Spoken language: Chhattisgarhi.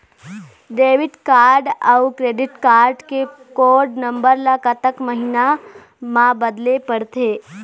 डेबिट कारड अऊ क्रेडिट कारड के कोड नंबर ला कतक महीना मा बदले पड़थे?